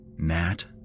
Matt